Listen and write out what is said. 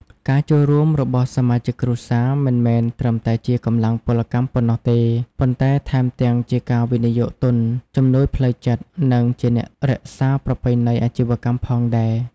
ការចូលរួមរបស់សមាជិកគ្រួសារមិនមែនត្រឹមតែជាកម្លាំងពលកម្មប៉ុណ្ណោះទេ ប៉ុន្តែថែមទាំងជាការវិនិយោគទុន ជំនួយផ្លូវចិត្ត និងជាអ្នករក្សាប្រពៃណីអាជីវកម្មផងដែរ។